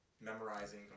memorizing